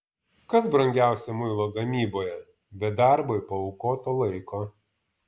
kas brangiausia muilo gamyboje be darbui paaukoto laiko